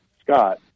Scott